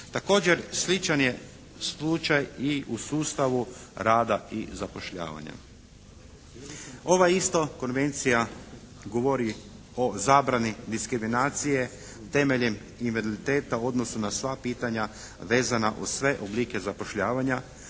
Također sličan je slučaj i u sustavu rada tih zapošljavanja. Ova isto Konvencija govori o zabrani diskriminacije temeljem invaliditeta u odnosu na sva pitanja vezana uz sve oblike zapošljavanja